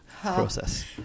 process